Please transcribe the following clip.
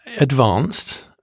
advanced